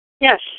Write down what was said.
Yes